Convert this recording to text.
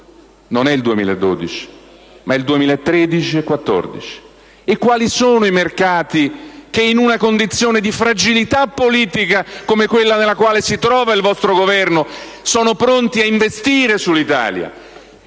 non è il 2012, ma il 2013 e il 2014. E quali sono i mercati che, in una condizione di fragilità politica come quella nella quale si trova il vostro Governo, sono pronti ad investire sull'Italia?